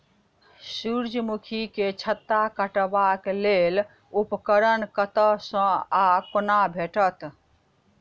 सूर्यमुखी केँ छत्ता काटबाक लेल उपकरण कतह सऽ आ कोना भेटत?